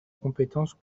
compétence